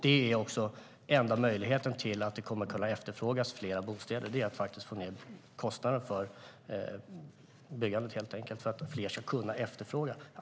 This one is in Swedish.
Det är också enda möjligheten för att människor ska kunna efterfråga fler bostäder, det vill säga att helt enkelt få ned kostnaden för byggandet så att fler kan efterfråga.